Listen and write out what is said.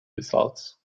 results